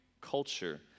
culture